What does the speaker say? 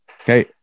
Okay